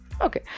Okay